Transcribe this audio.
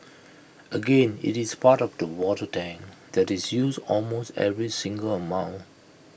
again IT is part of the water tank that is used almost every single moment